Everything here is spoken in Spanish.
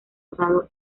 usado